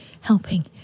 helping